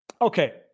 Okay